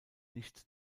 nicht